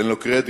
ניתן לו קרדיט,